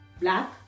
black